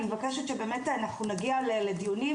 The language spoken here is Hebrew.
אני מבקשת שבאמת אנחנו נגיע לדיונים